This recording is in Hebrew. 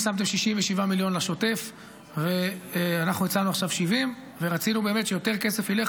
אנחנו הצענו עכשיו 70. רצינו שיותר כסף ילך,